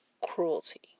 cruelty